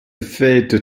fête